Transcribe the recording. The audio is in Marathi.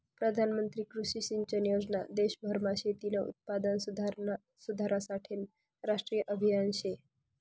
प्रधानमंत्री कृषी सिंचन योजना देशभरमा शेतीनं उत्पादन सुधारासाठेनं राष्ट्रीय आभियान शे